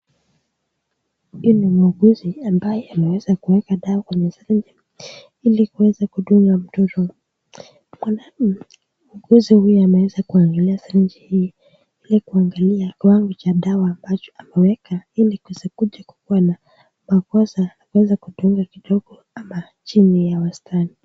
Huyu ni muuguzi ambaye ameweza kuweka dawa kwenye syringe ili kuweza kudunga mtoto. Muuguzi huyu ameweza kuangalia syringe hii ili kuangalia kiwango cha dawa ambacho ameweka ili kusikuje kuwa na makosa akose kudunga kidogo ama chini ya wastani.